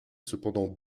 cependant